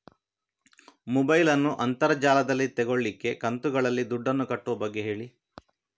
mobile ನ್ನು ಅಂತರ್ ಜಾಲದಲ್ಲಿ ತೆಗೋಲಿಕ್ಕೆ ಕಂತುಗಳಲ್ಲಿ ದುಡ್ಡನ್ನು ಕಟ್ಟುವ ಬಗ್ಗೆ ಹೇಳಿ